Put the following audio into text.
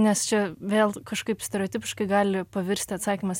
nes čia vėl kažkaip stereotipiškai gali pavirsti atsakymas